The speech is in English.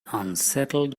unsettled